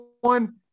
one